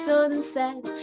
Sunset